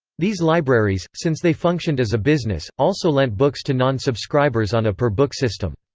these libraries, since they functioned as a business, also lent books to non-subscribers on a per-book system.